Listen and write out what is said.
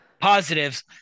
Positives